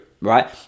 right